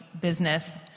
business